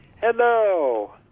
Hello